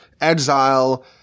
exile